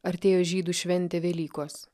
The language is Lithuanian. artėjo žydų šventė velykos